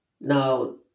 Now